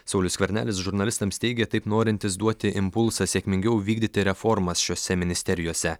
saulius skvernelis žurnalistams teigė taip norintis duoti impulsą sėkmingiau vykdyti reformas šiose ministerijose